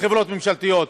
בחברות ממשלתיות,